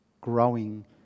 growing